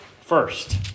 first